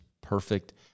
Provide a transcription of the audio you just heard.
perfect